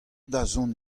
dazont